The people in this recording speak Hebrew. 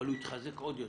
הוא התחזק עוד יותר.